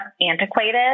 antiquated